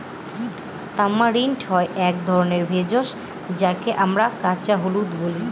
tamarind হয় এক ধরনের ভেষজ যাকে আমরা কাঁচা হলুদ বলি